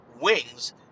wings